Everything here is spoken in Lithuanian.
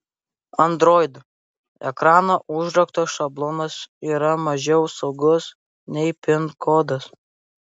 android ekrano užrakto šablonas yra mažiau saugus nei pin kodas